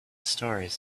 stories